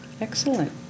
excellent